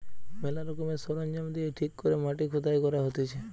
ম্যালা রকমের সরঞ্জাম দিয়ে ঠিক করে মাটি খুদাই করা হতিছে